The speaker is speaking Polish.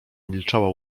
milczała